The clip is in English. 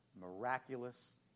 miraculous